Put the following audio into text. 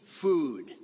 food